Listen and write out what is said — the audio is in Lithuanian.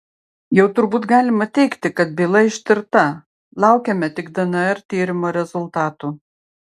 jau turbūt galima teigti kad byla ištirta laukiame tik dnr tyrimo rezultatų